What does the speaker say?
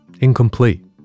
incomplete